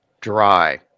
Dry